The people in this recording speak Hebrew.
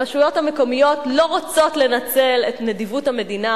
הרשויות המקומיות לא רוצות לנצל את נדיבות המדינה,